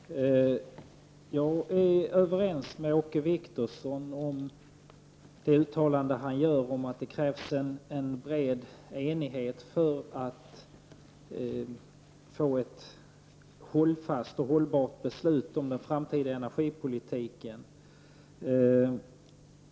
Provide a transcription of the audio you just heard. Herr talman! Jag är överens med Åke Wictorsson när han säger att det krävs en bred enighet för att få ett hållfast och hållbart beslut om den framtida energipolitiken.